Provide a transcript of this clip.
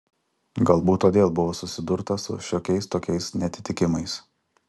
galbūt todėl buvo susidurta su šiokiais tokiais neatitikimais